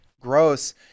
gross